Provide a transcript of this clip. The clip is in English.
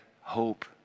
hope